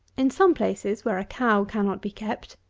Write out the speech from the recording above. in some places where a cow cannot be kept,